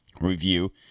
review